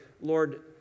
Lord